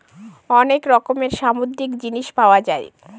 অনেক রকমের সামুদ্রিক জিনিস পাওয়া যায়